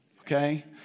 okay